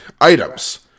items